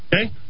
Okay